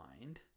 mind